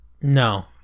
No